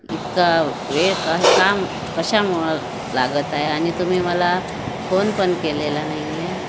इतका वेळ काय काम कशामुळं लागत आहे आणि तुम्ही मला फोन पण केलेला नाही आहे